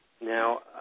Now